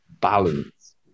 balance